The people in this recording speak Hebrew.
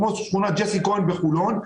כמו שכונת ג'סי כהן בחולון.